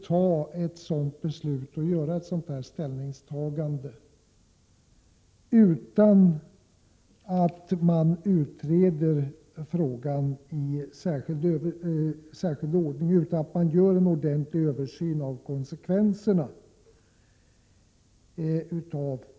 Innan man fattar ett sådant beslut, borde frågan utredas i särskild ordning och en översyn göras av konsekvenserna.